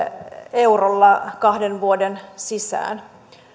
eurolla kahden vuoden sisään